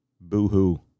Boo-hoo